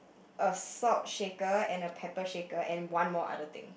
a salt shaker and a pepper shaker and one more other thing